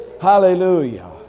Hallelujah